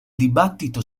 dibattito